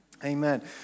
Amen